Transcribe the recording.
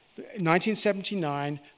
1979